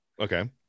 okay